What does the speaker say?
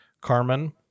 Carmen